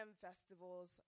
festivals